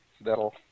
that'll